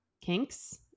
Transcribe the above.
kinks